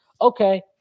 Okay